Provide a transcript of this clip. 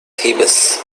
thebes